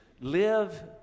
live